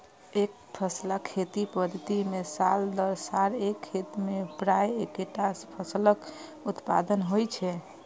एकफसला खेती पद्धति मे साल दर साल एक खेत मे प्रायः एक्केटा फसलक उत्पादन होइ छै